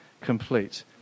complete